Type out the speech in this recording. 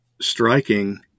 striking